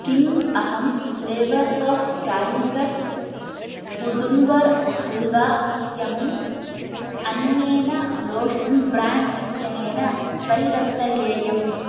किम् अहं flavours of Calicut Udumbar halwa इत्यमुम् अन्येन लोशन् ब्राण्ड् इत्यनेन परिवर्तयेयम्